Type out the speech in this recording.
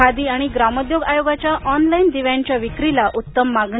खादी आणि ग्रामोद्योग आयोगाच्या ऑनलाईन दिव्यांच्या विक्रीला उत्तम मागणी